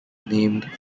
named